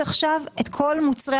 ולדימיר בליאק, יש עתיד לא נמצא כאן.